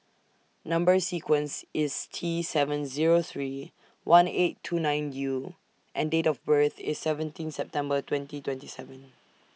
Number sequence IS T seven Zero three one eight two nine U and Date of birth IS seventeen September twenty twenty seven